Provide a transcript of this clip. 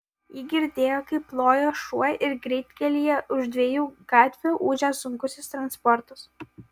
ji girdėjo kaip loja šuo ir greitkelyje už dviejų gatvių ūžia sunkusis transportas